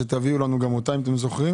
שתביאו לנו גם אותה אם אתם זוכרים.